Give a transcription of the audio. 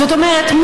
זאת אומרת,